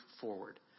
forward